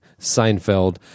Seinfeld